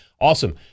Awesome